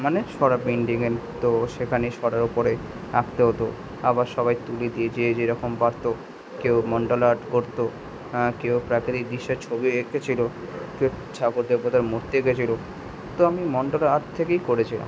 মানে সরা পেন্টিং এন হতো সেখানে সরার ওপরে আঁকতে হতো আবার সবাই তুলি দি য়ে যে যেরকম পাত্র কেউ মন্ডালা আর্ট করতো কেউ প্রাকৃতিক দৃশ্যের ছবি এঁকেছিলো কেউ ঠাকুর দেবতার মূর্তি এঁকেছিলো তো আমি মন্ডলা আর্ট থেকেই করেছিলাম